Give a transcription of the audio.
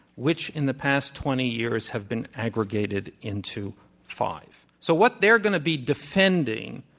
which in the past twenty years have been aggregated into five. so what they're going to be defending,